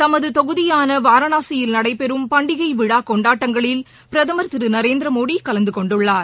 தமது தொகுதியான வாரணாசியில் நடைபெறும் பண்டிகை விழா கொண்டாடங்களில் பிரதமர் திரு நரேந்திர மோடி கலந்துகொண்டுள்ளார்